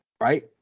right